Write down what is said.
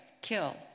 kill